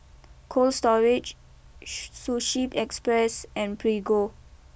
Cold Storage Sushi Express and Prego